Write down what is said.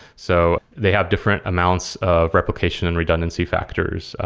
so they had different amounts of replication and redundancy factors.